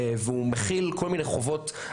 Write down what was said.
והוא מכיל כל מיני חובות,